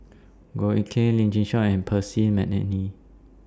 Goh Eck Kheng Lim Chin Siong and Percy Mcneice